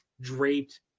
draped